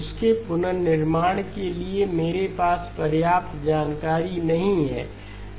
उसके पुनर्निर्माण के लिए मेरे पास पर्याप्त जानकारी नहीं है